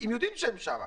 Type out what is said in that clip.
יודעים שהם שם.